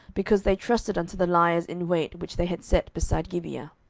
because they trusted unto the liers in wait which they had set beside gibeah.